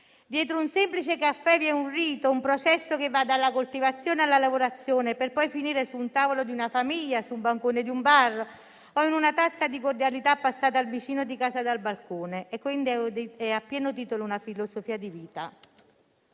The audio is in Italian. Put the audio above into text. Dietro un semplice caffè vi è un rito, un processo che va dalla coltivazione alla lavorazione, per poi finire su un tavolo di una famiglia, sul bancone di un bar o in una tazza di cordialità passata al vicino di casa dal balcone. È quindi, a pieno titolo, una filosofia di vita.